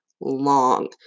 long